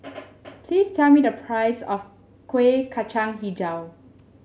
please tell me the price of Kuih Kacang hijau